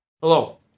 Hello